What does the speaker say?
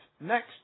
Next